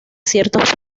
ciertos